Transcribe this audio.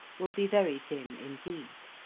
will be very dim indeed.